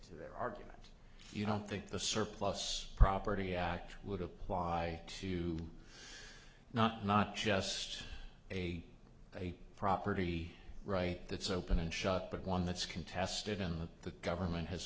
to their argument you don't think the surplus property act would apply to not not just a property right that's open and shut but one that's contested and that the government has